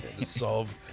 Solve